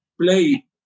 play